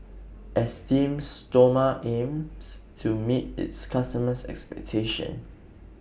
Esteem Stoma aims to meet its customers' expectations